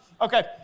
Okay